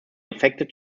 infected